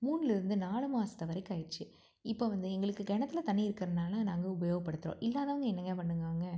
மூணுல இருந்து நாலு மாதத்து வரைக்கும் ஆயிடுச்சு இப்போ வந்து எங்களுக்குக் கிணத்துல தண்ணி இருக்கிறதுனால நாங்கள் உபயோகப்படுத்துகிறோம் இல்லாதவங்க என்னங்க பண்ணுவாங்க